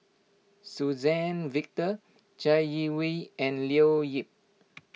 Suzann Victor Chai Yee Wei and Leo Yip